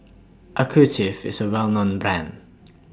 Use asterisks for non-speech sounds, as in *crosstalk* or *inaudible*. *unintelligible* IS A Well known Brand